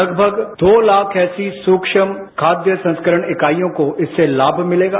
लगभग दो लाख ऐसी सूक्षम खाद्य संस्करण इकाइयों को इसमें लाम मिलेगा